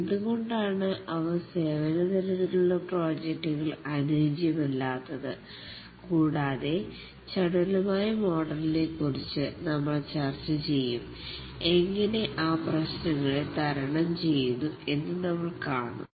എന്തുകൊണ്ടാണ് അവ സേവന തരത്തിലുള്ള പ്രോജക്റ്റുകൾ അനുയോജ്യമല്ലാത്തത് കൂടാതെ ചടുലമായ മോഡലിനെ കുറിച്ച് നമ്മൾ ചർച്ച ചെയ്യും എങ്ങനെ ആ പ്രശ്നങ്ങളെ തരണം ചെയ്യുന്നു എന്ന് നമ്മൾ കാണും